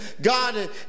God